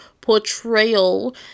portrayal